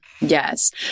Yes